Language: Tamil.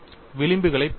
விளிம்புகளைப் பாருங்கள்